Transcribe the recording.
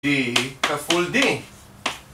B תהיה כפול D